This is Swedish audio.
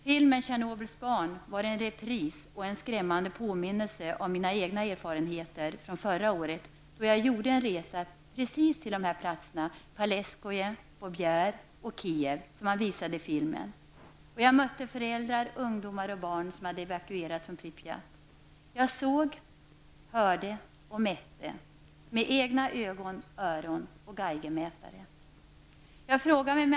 Filmen Tjernobyls barn var en repris av och en skrämmande påminnelse om mina egna erfarenheter från förra året, då jag gjorde en resa till Polesskoe, Bober och Kiev som visades i filmen. Jag mötte föräldrar, ungdomar och barn som hade evakuerats från Pripyat. Jag såg, hörde och mätte med egna ögon, öron och geigermätare.